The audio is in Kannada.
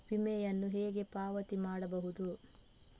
ವಿಮೆಯನ್ನು ಹೇಗೆ ಪಾವತಿ ಮಾಡಬಹುದು?